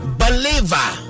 believer